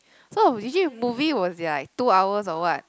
so usually movie was like two hours or what